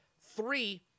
Three